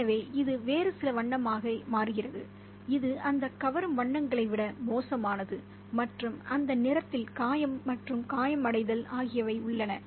எனவே இது வேறு சில வண்ணமாக மாறுகிறது இது அந்த கவரும் வண்ணங்களை விட மோசமானது மற்றும் அந்த நிறத்தில் காயம் மற்றும் காயமடைதல் ஆகியவை உள்ளன